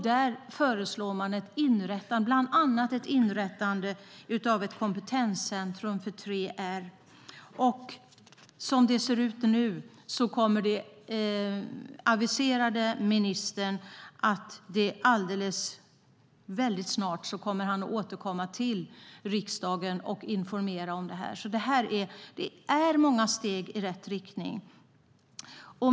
Där föreslår man bland ett inrättande av ett kompetenscentrum för 3R. Som det nu ser ut kommer ministern snart att återkomma till riksdagen och informera om detta. Det är alltså många steg i rätt riktning.